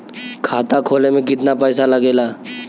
खाता खोले में कितना पैसा लगेला?